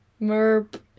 merp